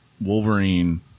Wolverine